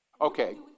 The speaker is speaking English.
Okay